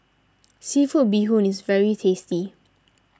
Seafood Bee Hoon is very tasty